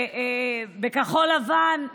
בכחול לבן: